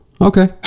Okay